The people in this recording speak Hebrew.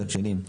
מצד שני,